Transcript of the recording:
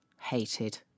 hated